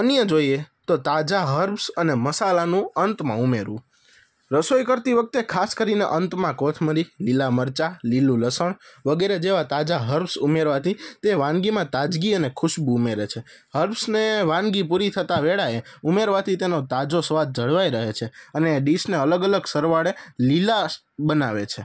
અન્ય જોઈએ તો તાજા હર્ષ અને મસાલાનું અંતમાં ઉમરેવું રસોઈ કરતી વખતે ખાસ કરીને અંતમાં કોથમીર લીલા મરચા લીલું લસણ વગેરે જેવા તાજા હર્ષ ઉમેરવાથી તે વાનગીમાં તાજગી અને ખુશ્બુ ઉમેરે છે હર્ષને વાનગી પૂરી થતાં વેળાએ ઉમેરવાથી તેનો તાજો સ્વાદ જળવાઈ રહે છે અને ડીશને અલગ અલગ સરવાળે લીલા બનાવે છે